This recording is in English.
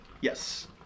Yes